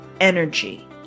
energy